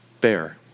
bear